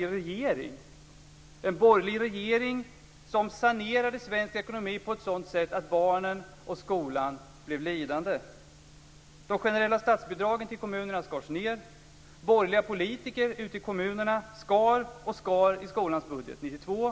Jo, vi fick en borgerlig regering som sanerade svensk ekonomi på ett sådant sätt att barnen och skolan blev lidande. De generella statsbidragen till kommunerna skars ned. Borgerliga politiker ute i kommunerna skar och skar i skolans budget 1992,